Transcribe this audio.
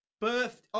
Birth